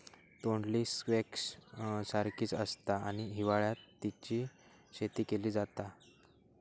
तोंडली स्क्वैश सारखीच आसता आणि हिवाळ्यात तेची शेती केली जाता